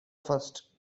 first